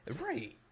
right